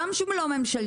גם שהוא לא ממשלתי,